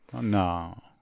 No